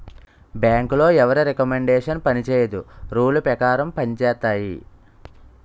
బ్యాంకులో ఎవరి రికమండేషన్ పనిచేయదు రూల్ పేకారం పంజేత్తాయి